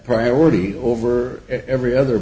priority over every other